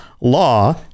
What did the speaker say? law